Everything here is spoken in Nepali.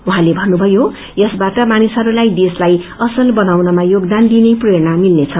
उहाँले भक्रुपयो यसबाट मानिसहरूलाई देशलाई असल बनाउनमा योगदान दिने प्रेरणा मिल्नेछ